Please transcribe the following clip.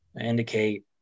indicate